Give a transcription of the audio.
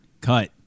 cut